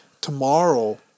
tomorrow